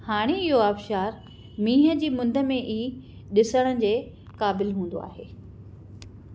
हाणे इहो आबिशारु मींहं जी मुंद में ई डि॒सण जे क़ाबिलु हूंदो आहे